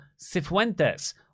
Cifuentes